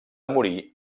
morir